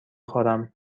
خورم